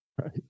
Right